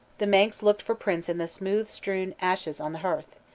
the manx looked for prints in the smooth-strewn ashes on the hearth,